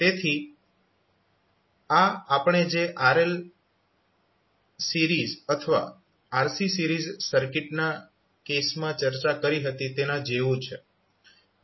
તેથી આ આપણે જે સિરીઝ RL અથવા સિરીઝ RC સર્કિટના કેસમાં ચર્ચા કરી હતી તેના જેવું છે